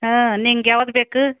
ಹಾಂ ನಿಂಗೆ ಯಾವ್ದು ಬೇಕು